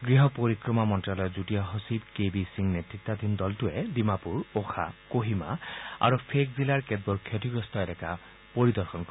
গৃহ পৰিক্ৰমা মন্ত্যালায়ৰ যুটীয়া সচিব কে বি সিং নেত্তাধীন দলটোৱে ডিমাপুৰ ওখা কোহিমা আৰু ফেক জিলাৰ কেতবোৰ ক্ষতিগ্ৰস্ত এলেকা পৰিদৰ্শন কৰিব